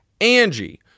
Angie